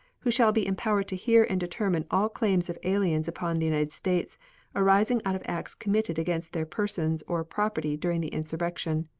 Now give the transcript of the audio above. who shall be empowered to hear and determine all claims of aliens upon the united states arising out of acts committed against their persons or property during the insurrection.